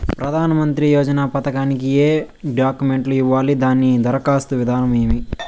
ప్రధానమంత్రి యోజన పథకానికి ఏ డాక్యుమెంట్లు ఇవ్వాలి దాని దరఖాస్తు విధానం ఏమి